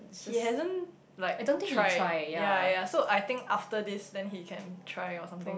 he hasn't like tried yea yea so I think after this then he can try or something